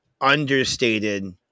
understated